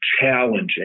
challenging